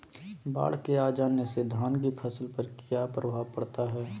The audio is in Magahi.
बाढ़ के आ जाने से धान की फसल पर किया प्रभाव पड़ता है?